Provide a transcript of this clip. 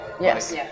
Yes